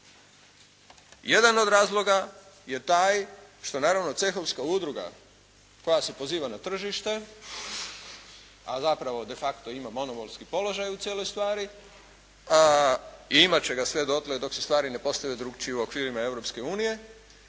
Jedan od razloga je taj što naravno cehovska udruga koja se poziva na tržište, a zapravo de facto ima monopolski položaj u cijeloj stvari i imat će ga sve dotle dok se stvari ne postave drukčije u okvirima